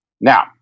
now